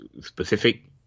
specific